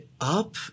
Up